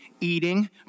eating